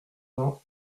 vingt